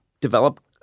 develop